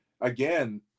again